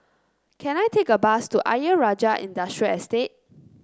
can I take a bus to Ayer Rajah Industrial Estate